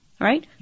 right